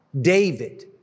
David